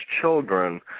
children